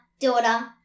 daughter